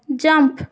jump